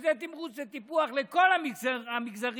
שזה תמרוץ לטיפוח לכל המגזרים,